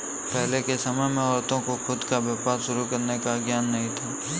पहले के समय में औरतों को खुद का व्यापार शुरू करने का ज्ञान ही नहीं था